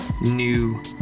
new